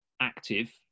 active